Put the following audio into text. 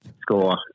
score